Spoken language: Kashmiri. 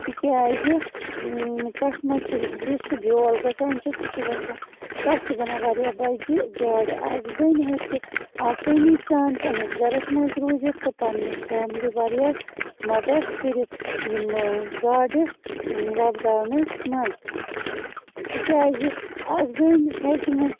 تِکیٛازِ تَتھ منٛز چھُ یُس سُہ بیول گَژھان چھُ سُہ چھُ وَسان تَتھ چھِ بَنان واریاہ بجہِ گاڈٕ اَکھ زٔنۍ ہیٚکہِ آسٲنی سان پنٛنِس گَرس منٛز روٗزِتھ تہٕ پنٛنہٕ فیملی واریاہ مَدت کٔرِتھ یِمہٕ گاڈٕ وۄبداونَس منٛز تِکیٛازِ اَکھ زٔنۍ ہیٚکہِ نہٕ